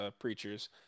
preachers